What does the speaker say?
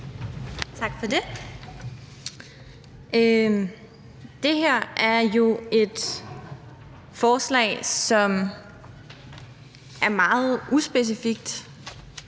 Tak for det. Det her er jo et forslag, som er meget uspecifikt.